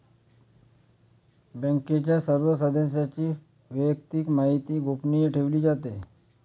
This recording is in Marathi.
बँकेच्या सर्व सदस्यांची वैयक्तिक माहिती गोपनीय ठेवली जाते